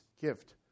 gift